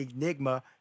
Enigma